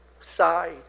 side